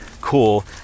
cool